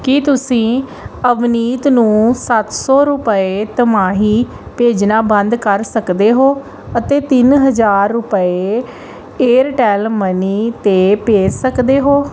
ਕੀ ਤੁਸੀਂ ਅਵਨੀਤ ਨੂੰ ਸੱਤ ਸੌ ਰੁਪਏ ਤਿਮਾਹੀ ਭੇਜਣਾ ਬੰਦ ਕਰ ਸਕਦੇ ਹੋ ਅਤੇ ਤਿੰਨ ਹਜ਼ਾਰ ਰੁਪਏ ਏਅਰਟੈੱਲ ਮਨੀ 'ਤੇ ਭੇਜ ਸਕਦੇ ਹੋ